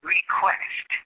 request